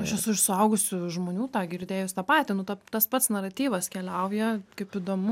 aš esu iš suaugusių žmonių tą girdėjus tą patį nu tą tas pats naratyvas keliauja kaip įdomu